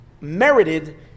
merited